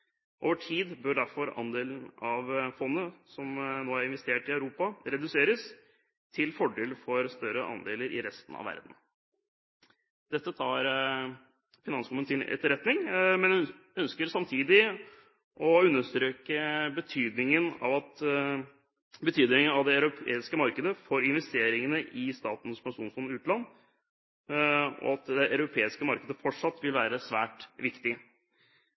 Over tid bør derfor andelen av fondet som er investert i Europa reduseres, til fordel for større andeler i resten av verden.» Dette tar finanskomiteen til etterretning, men ønsker samtidig å understreke betydningen av det europeiske markedet for investeringene i Statens pensjonsfond utland, og at det europeiske markedet fortsatt vil være svært viktig.